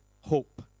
hope